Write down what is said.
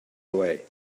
away